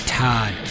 Todd